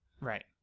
Right